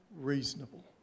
reasonable